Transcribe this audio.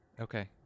Okay